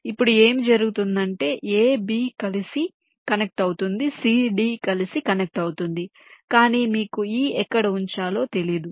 ఇప్పుడు ఏమి జరుగుతుందంటే a b కలిసి కనెక్ట్ అవుతుంది c d కలిసి కనెక్ట్ అవుతుంది కానీ మీకు e ఎక్కడ ఉంచాలో తెలీదు